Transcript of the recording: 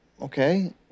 okay